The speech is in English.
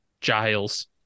Giles